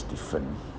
different